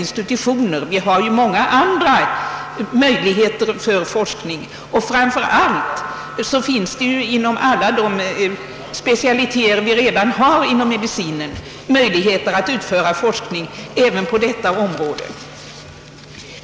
institutioner — vi har ju många andra möjligheter för forskning. Framför allt finns det inom alla de specialiteter som redan ryms inom medicinen möjlighet att utföra forskning även på detta område.